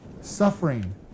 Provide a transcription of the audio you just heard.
suffering